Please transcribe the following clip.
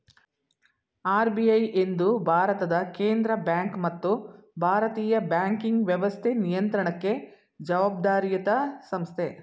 RBI ಎಂದು ಭಾರತದ ಕೇಂದ್ರ ಬ್ಯಾಂಕ್ ಮತ್ತು ಭಾರತೀಯ ಬ್ಯಾಂಕಿಂಗ್ ವ್ಯವಸ್ಥೆ ನಿಯಂತ್ರಣಕ್ಕೆ ಜವಾಬ್ದಾರಿಯತ ಸಂಸ್ಥೆ